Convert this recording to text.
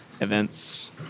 Events